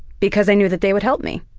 because i knew that they would help me.